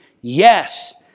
yes